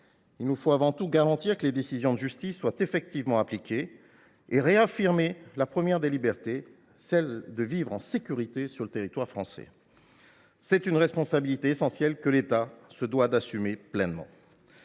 il nous faut avant tout garantir que les décisions de justice soient effectivement appliquées et réaffirmer la première des libertés, celle de vivre en sécurité sur le territoire français. C’est une responsabilité essentielle que l’État se doit d’assumer pleinement.